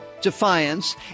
defiance